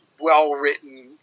well-written